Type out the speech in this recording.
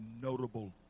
notable